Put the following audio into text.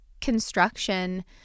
construction